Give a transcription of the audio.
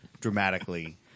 Dramatically